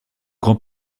grand